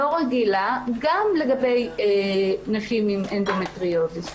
לא רגילה גם לגבי נשים עם אנדומטריוזיס.